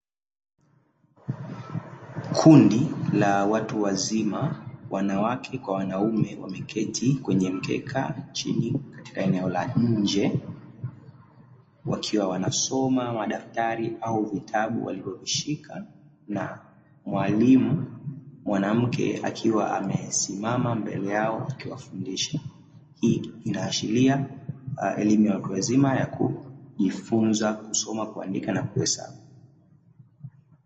Kundi la watu wazima wanawake kwa wanaume wameketi kwenye mkeka chini katika eneo la nje wakiwa wanasoma madaftari au vitabu walivyovishika, na mwalimu mwanamke akiwa amesimama mbele yao akiwafundisha. Hii inaashiria elimu ya watu wazima ya kujifunza kusoma, kuandika na kuhesabu.